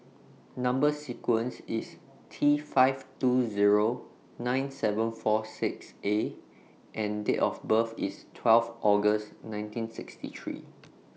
Number sequence IS T five two Zero nine seven four six A and Date of birth IS twelve August nineteen sixty three